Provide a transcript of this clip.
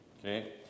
Okay